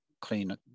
clean